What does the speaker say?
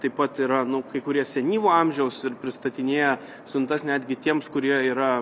taip pat yra nu kai kurie senyvo amžiaus ir pristatinėja siuntas netgi tiems kurie yra